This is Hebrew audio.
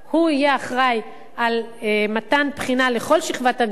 הוא יהיה אחראי למתן בחינה לכל שכבת הגיל,